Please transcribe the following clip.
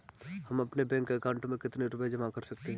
हम अपने bank account में कितने रुपये जमा कर सकते हैं?